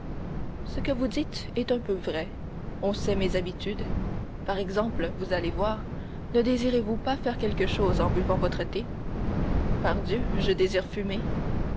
ce que vous dites est un peu vrai on sait mes habitudes par exemple vous allez voir ne désirez-vous pas faire quelque chose en buvant votre thé pardieu je désire fumer